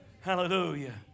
Hallelujah